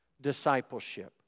discipleship